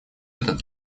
этот